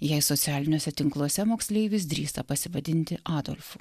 jei socialiniuose tinkluose moksleivis drįsta pasivadinti adolfu